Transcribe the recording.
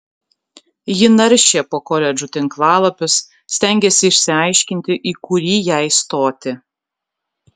ji naršė po koledžų tinklalapius stengėsi išsiaiškinti į kurį jai stoti